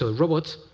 so robots,